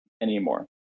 anymore